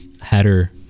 header